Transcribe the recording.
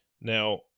Now